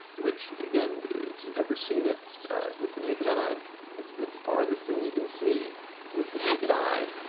which again if you've ever seen it with the naked eye um it's the farthest thing you can see with the naked eye